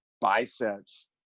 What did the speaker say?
biceps